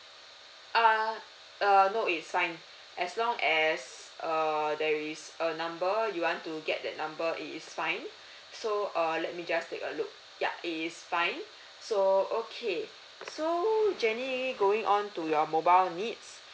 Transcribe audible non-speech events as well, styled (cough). uh uh no it is fine as long as err there is a number you want to get that number it is fine so err let me just take a look ya it is fine (breath) so okay so jenny going on to your mobile needs